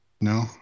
No